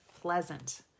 pleasant